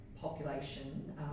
population